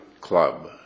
club